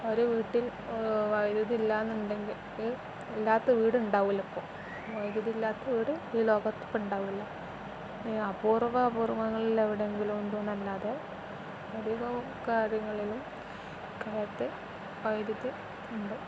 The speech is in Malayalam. ഒരു വീട്ടിൽ വൈദ്യുതിയില്ല എന്നുണ്ടെങ്കിൽ ഇല്ലാത്ത വീടുണ്ടാവില്ല ഇപ്പോള് വൈദ്യുതിയില്ലാത്ത വീട് ഈ ലോകത്തിപ്പോള് ഉണ്ടാവില്ല അപൂർവ അപൂർവങ്ങളില് എവിടെയെങ്കിലും ഉണ്ടോ എന്നല്ലാതെ അധികം കാര്യങ്ങളിലും ത്ത് വൈദ്യുതി ഉണ്ട്